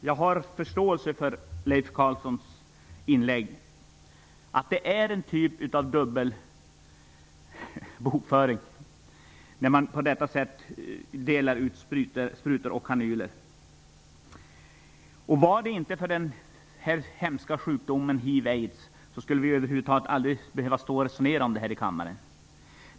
Jag har förståelse för Leif Carlsons inlägg. Det är en typ av dubbel bokföring när man på detta sätt delar ut sprutor och kanyler. Om det inte var för den hemska sjukdomen hiv/aids skulle vi över huvud taget aldrig föra detta resonemang i kammaren.